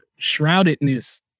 shroudedness